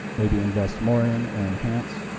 maybe invest more in or enhance,